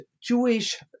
Jewish